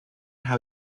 how